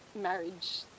marriage